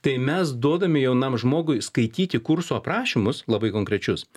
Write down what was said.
tai mes duodame jaunam žmogui skaityti kursų aprašymus labai konkrečius